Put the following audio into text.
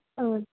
ਹੋਰ